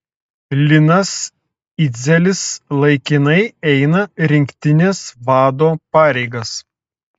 linas idzelis laikinai eina rinktinės vado pareigas